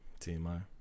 TMI